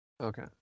Okay